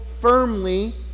firmly